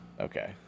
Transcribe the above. Okay